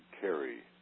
carry